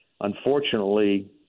unfortunately